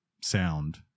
sound